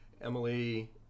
Emily